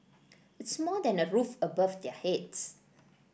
it's more than a roof above their heads